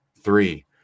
three